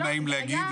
לא נעים להגיד,